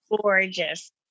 Gorgeous